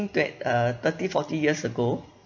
that uh thirty forty years ago